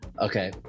Okay